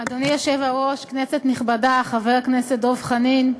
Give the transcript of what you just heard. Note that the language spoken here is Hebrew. אדוני היושב-ראש, כנסת נכבדה, חבר הכנסת דב חנין,